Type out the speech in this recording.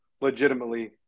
legitimately